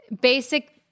basic